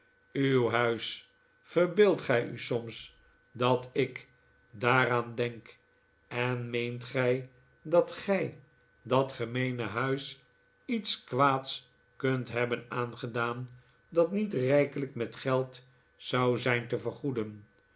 uw huis verbeel'dt gij u soms dat ik daaraan denk en meent gij dat gij dat gemeene huis iets kwaads kunt hebben aan'gedaan dat niet rijkelijk met geld zou zijn te vergoeden